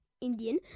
Indian